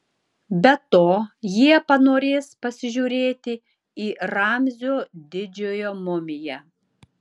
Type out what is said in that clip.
be to jie panorės pasižiūrėti į ramzio didžiojo mumiją